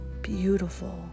beautiful